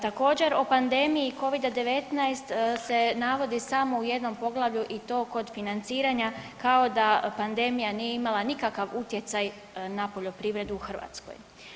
Također o pandemiji covida-19 se navodi samo u jednom poglavlju i to kod financiranja kao da pandemija nije imala nikakav utjecaj na poljoprivredu u Hrvatskoj.